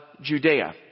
Judea